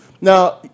Now